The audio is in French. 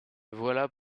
voilà